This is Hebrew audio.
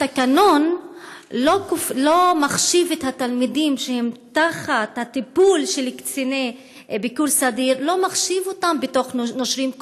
התקנון לא מחשיב את התלמידים שבטיפול קציני ביקור סדיר כנושרים,